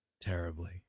terribly